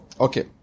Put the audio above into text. Okay